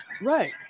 Right